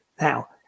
Now